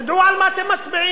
תדעו על מה אתם מצביעים.